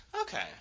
Okay